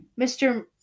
Mr